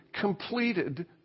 completed